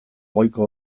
goiko